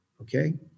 Okay